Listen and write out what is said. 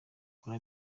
kora